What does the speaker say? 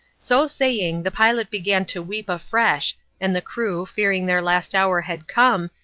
so saying, the pilot began to weep afresh, and the crew, fearing their last hour had come,